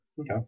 Okay